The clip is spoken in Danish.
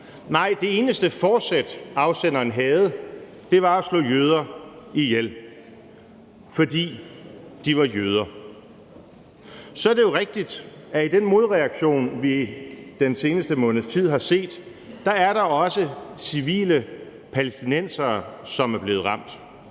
Nej, det eneste forsæt, afsenderen havde, var at slå jøder ihjel, fordi de var jøder. Så er det jo rigtigt, at i den modreaktion, vi den seneste måneds tid har set, er der også civile palæstinensere, som er blevet ramt.